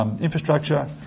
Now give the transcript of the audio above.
infrastructure